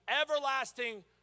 everlasting